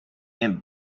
and